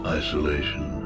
isolation